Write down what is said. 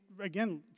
Again